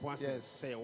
yes